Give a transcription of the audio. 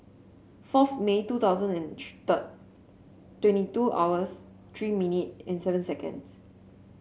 fourth May two thousand and three twenty two hours three minute and seven seconds